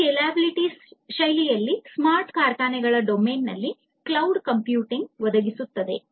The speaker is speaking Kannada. ಹೆಚ್ಚು ಸ್ಕೇಲೆಬಲ್ ಶೈಲಿಯಲ್ಲಿ ಸ್ಮಾರ್ಟ್ ಕಾರ್ಖಾನೆಗಳ ಡೊಮೇನ್ನಲ್ಲಿ ಕ್ಲೌಡ್ ಕಂಪ್ಯೂಟಿಂಗ್ ಒದಗಿಸುತ್ತದೆ